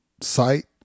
site